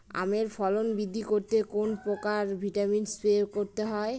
আমের ফলন বৃদ্ধি করতে কোন ভিটামিন স্প্রে করতে হয়?